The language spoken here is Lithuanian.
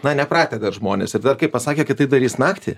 na nepratę žmonės ir tada kai pasakė kad tai darys naktį